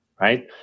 right